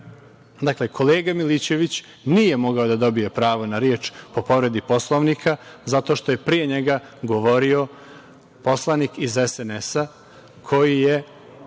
niste. Kolega Milićević nije mogao da dobije pravo na reč po povredi Poslovnika zato što je pre njega govorio poslanik iz SNS koji je